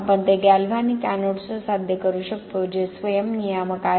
आपण ते गॅल्व्हॅनिक एनोड्ससह साध्य करू शकतो जे स्वयं नियामक आहेत